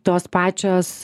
tos pačios